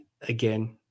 again